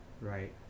right